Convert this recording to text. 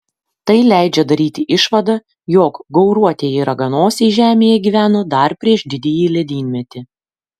tai leidžia daryti išvadą jog gauruotieji raganosiai žemėje gyveno dar prieš didįjį ledynmetį